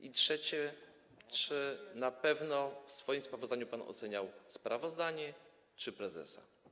I trzecie: Czy na pewno w swoim sprawozdaniu pan oceniał sprawozdanie, czy może prezesa?